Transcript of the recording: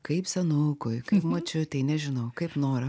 kaip senukui kaip močiutei nežinau kaip noriu